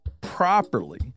properly